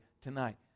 tonight